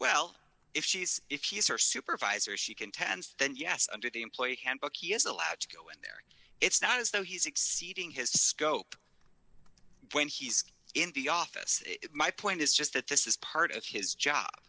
well if she's if she is her supervisor she contends then yes under the employee handbook he is allowed to go in there it's not as though he's exceeding his scope when he's in the office my point is just that this is part of his job